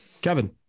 Kevin